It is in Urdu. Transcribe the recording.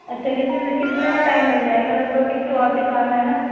اچھا کتنے پہ کتنا ٹائم لگ جائے گا لگ بھگ کیونکہ اور بھی کام ہیں نا